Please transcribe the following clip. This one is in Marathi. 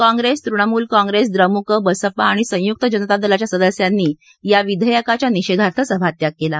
काँग्रेस तृणमूल काँग्रेस द्रमुक बसपा आणि संयुक जनता दलाच्या सदस्यांनी या विधेयकाच्या निषेधार्थ सभात्याग केला